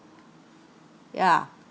yeah